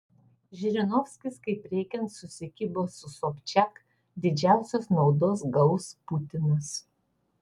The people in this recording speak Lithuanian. žirinovskis kaip reikiant susikibo su sobčiak didžiausios naudos gaus putinas